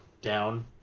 down